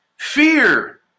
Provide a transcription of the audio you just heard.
Fear